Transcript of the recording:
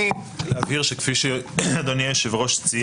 -- להבהיר שכפי שאדוני היושב ראש ציין,